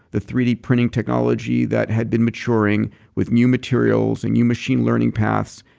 the three d printing technology that had been maturing with new materials and new machine learning paths,